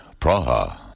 Praha